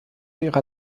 ihrer